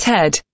Ted